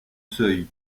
seuil